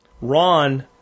Ron